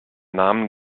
namen